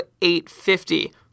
850